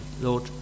Lord